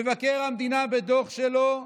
מבקר המדינה, בדוח שלו,